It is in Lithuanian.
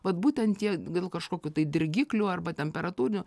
vat būtent tie dėl kažkokių tai dirgiklių arba temperatūrinių